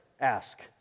ask